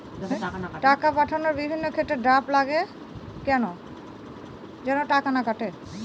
টাকা পাঠানোর বিভিন্ন ক্ষেত্রে ড্রাফট লাগে কেন?